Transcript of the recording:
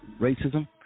racism